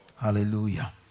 Hallelujah